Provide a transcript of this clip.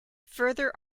further